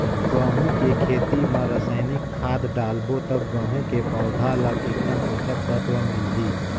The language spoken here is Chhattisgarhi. गंहू के खेती मां रसायनिक खाद डालबो ता गंहू के पौधा ला कितन पोषक तत्व मिलही?